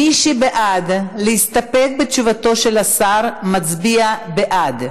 מי שבעד להסתפק בתשובתו של השר, מצביע בעד,